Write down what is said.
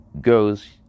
goes